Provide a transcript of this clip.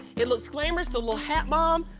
it looks glamorous. the little hat, mom.